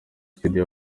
studio